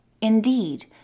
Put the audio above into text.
Indeed